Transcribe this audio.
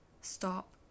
Stop